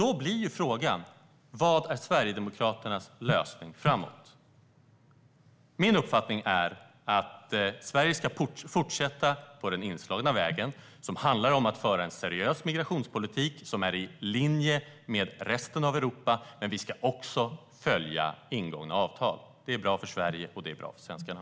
Då blir frågan: Vad är Sverigedemokraternas lösning framåt? Min uppfattning är att Sverige ska fortsätta på den inslagna vägen, som handlar om att föra en seriös migrationspolitik som är i linje med den i resten av Europa, men vi ska också följa ingångna avtal. Det är bra för Sverige, och det är bra för svenskarna.